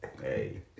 Hey